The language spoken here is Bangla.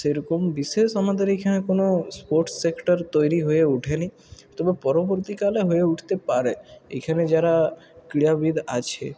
সেরকম বিশেষ আমাদের এইখানে কোনো স্পোর্টস সেক্টর তৈরি হয়ে ওঠেনি তবে পরবর্তীকালে হয়ে উঠতে পারে এখানে যারা ক্রীড়াবিদ আছে